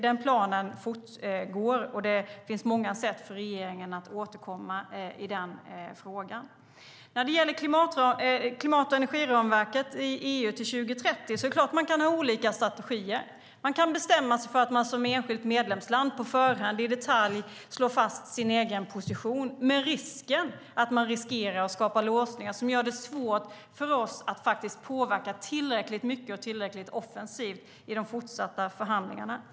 Den planen fortgår, och det finns många sätt för regeringen att återkomma i frågan. När det gäller klimat och energiramverket i EU till 2030 kan man såklart ha olika strategier. Man kan bestämma sig för att man som enskilt medlemsland i detalj slår fast sin egen position på förhand, med risk för att skapa låsningar som gör det svårt att påverka tillräckligt mycket och tillräckligt offensivt i de fortsatta förhandlingarna.